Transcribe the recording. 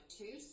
two